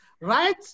Right